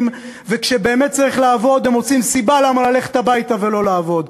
וכשבאמת צריך לעבוד מוצאים סיבה ללכת הביתה ולא לעבוד.